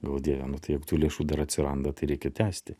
galvoju dieve nu tai jeigu tų lėšų dar atsiranda tai reikia tęsti